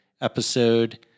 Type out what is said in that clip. episode